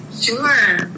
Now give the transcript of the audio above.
Sure